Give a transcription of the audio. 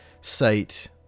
site